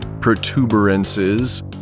protuberances